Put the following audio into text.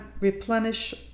replenish